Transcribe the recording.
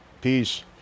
Peace